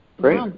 Great